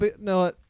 no